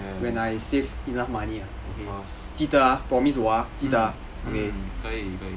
can of course mm mm 可以可以